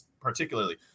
particularly